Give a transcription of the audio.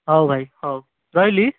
ହଉ ଭାଇ ହଉ ରହିଲି